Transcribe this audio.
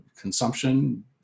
consumption